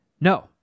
No